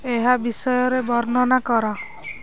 ଏହା ବିଷୟରେ ବର୍ଣ୍ଣନା କର